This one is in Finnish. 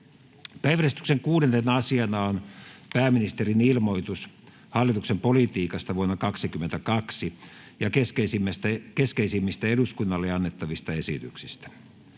N/A Content: Päiväjärjestyksen 6. asiana on pääministerin ilmoitus hallituksen politiikasta vuonna 2022 ja keskeisimmistä eduskunnalle annettavista esityksistä.